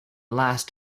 last